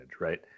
right